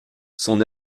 son